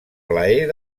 plaer